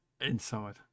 Inside